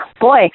Boy